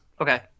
okay